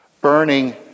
Burning